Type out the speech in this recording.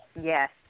Yes